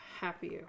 happier